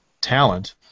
talent